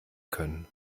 können